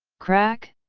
crack?